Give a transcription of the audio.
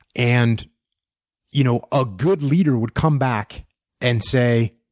and you know a good leader would come back and say